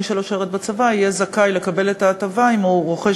מי שלא שירת בצבא יהיה זכאי לקבל את ההטבה אם הוא רוכש